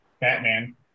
Batman